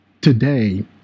Today